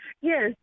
Yes